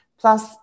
Plus